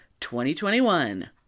2021